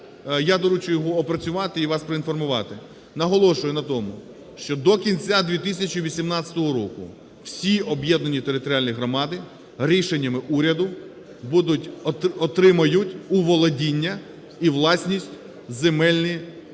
Я доручив опрацювати і вас поінформувати. Наголошую на тому, що до кінця 2018 року всі об'єднані територіальні громади рішеннями уряду отримають у володіння і власність земельні ділянки